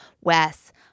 Wes